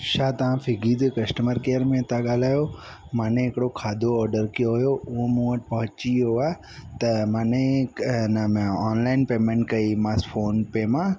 छा तव्हां स्विगी जे कस्टमर केअर में था ॻाल्हायो माने हिकिड़ो खाधो ऑडर कयो हुयो उहो मूं वटि पहुची वियो आहे त माने न म ऑनलाइन पेमेंट कईमांसि फ़ोन पे मां